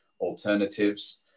alternatives